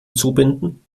zubinden